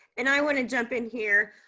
and i want to jump in here.